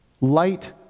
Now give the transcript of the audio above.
Light